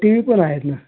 T V पण आहेत ना